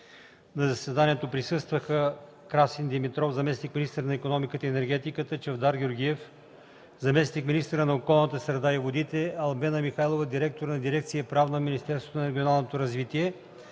На заседанието присъстваха Красин Димитров – заместник-министър на икономиката и енергетиката, Чавдар Георгиев – заместник-министър на околната среда и водите, Албена Михайлова – директор на дирекция „Правна” в Министерство на регионалното развитие,